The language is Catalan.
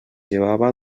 llevava